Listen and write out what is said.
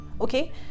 Okay